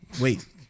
Wait